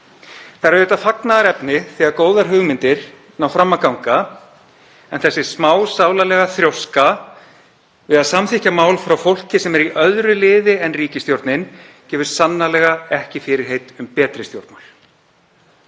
Það er auðvitað fagnaðarefni þegar góðar hugmyndir ná fram að ganga en þessi smásálarlega þrjóska við að samþykkja mál frá fólki sem er í öðru liði en ríkisstjórnin gefur sannarlega ekki fyrirheit um betri stjórnmál.